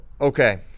Okay